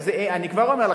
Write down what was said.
אני כבר אומר לך,